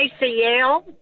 ACL